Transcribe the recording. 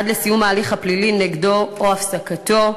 עד לסיום ההליך הפלילי נגדו או הפסקתו,